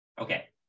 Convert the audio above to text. okay